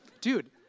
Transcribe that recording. Dude